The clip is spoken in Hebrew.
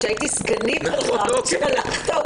כשהייתי סגנית שלך שלחת אותי לבדוק.